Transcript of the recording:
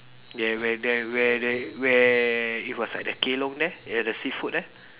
yeah where there where there where it was at the kelong there at the seafood there